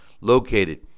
located